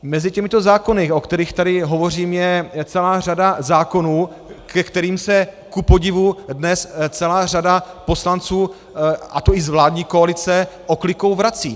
Mezi těmito zákony, o kterých tady hovořím, je celá řada zákonů, ke kterým se kupodivu dnes celá řada poslanců, a to i z vládní koalice, oklikou vrací.